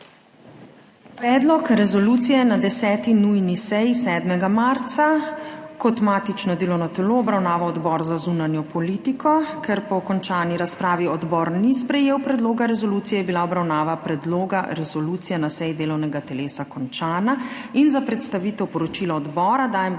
Predlog resolucije je na 10. nujni seji, 7. marca, kot matično delovno telo obravnaval Odbor za zunanjo politiko. Ker po končani razpravi odbor ni sprejel predloga resolucije je bila obravnava predloga resolucije na seji delovnega telesa končana. In za predstavitev poročila odbora dajem